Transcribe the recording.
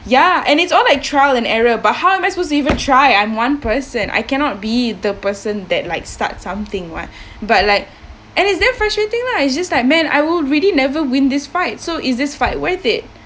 ya and it's all like trial and error but how am I suppose to even try I'm one person I cannot be the person that like starts something [what] but like and it's damn frustrating lah it's just like man I will really never win this fight so is this fight worth it